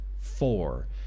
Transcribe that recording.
Four